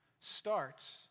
starts